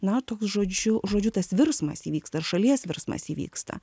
na toks žodžiu žodžiu tas virsmas įvyksta ir šalies virsmas įvyksta